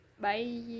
bye